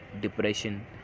depression